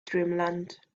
dreamland